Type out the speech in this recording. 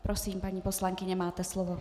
Prosím, paní poslankyni, máte slovo.